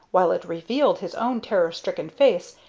while it revealed his own terror-stricken face,